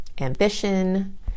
ambition